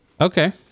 Okay